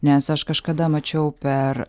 nes aš kažkada mačiau per